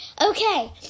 Okay